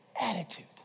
attitude